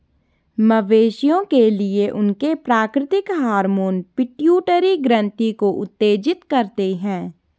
मवेशियों के लिए, उनके प्राकृतिक हार्मोन पिट्यूटरी ग्रंथि को उत्तेजित करते हैं